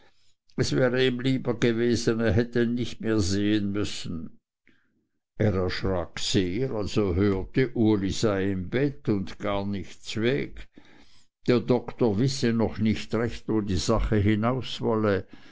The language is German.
es wäre ihm lieber gewesen er hätte ihn nicht mehr sehen müssen er erschrak sehr als er hörte uli sei im bett und gar nicht zweg der doktor wisse noch nicht recht wo die sache hinaus wolle